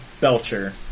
Belcher